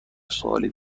سوالی